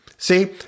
See